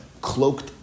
cloaked